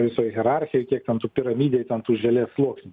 visoj hierarchijoj kiek ten tų piramidėj ten tų želė sluoksnių